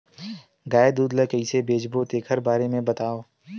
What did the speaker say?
गाय दूध ल कइसे बेचबो तेखर बारे में बताओ?